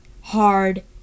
hard